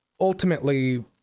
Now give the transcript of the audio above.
ultimately